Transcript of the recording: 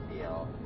deal